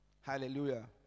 Hallelujah